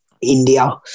India